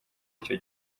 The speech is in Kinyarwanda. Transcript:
icyo